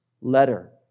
letter